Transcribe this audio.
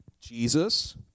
Jesus